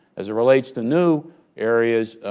as it relates to new areas,